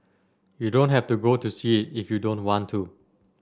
you don't have to go to see it if you don't want to